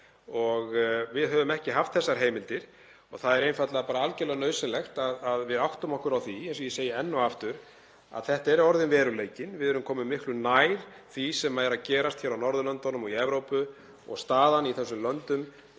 Við höfum ekki haft þessar heimildir og það er einfaldlega algjörlega nauðsynlegt að við áttum okkur á því, eins og ég segi enn og aftur, að þetta er orðinn veruleikinn. Við erum komin miklu nær því sem er að gerast á Norðurlöndunum og í Evrópu og staðan í þessum löndum